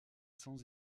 sans